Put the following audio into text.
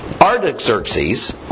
Artaxerxes